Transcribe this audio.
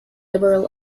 liberal